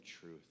truth